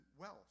wealth